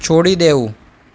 છોડી દેવું